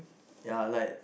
yeah like